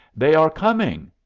they are coming!